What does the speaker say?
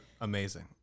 amazing